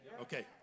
Okay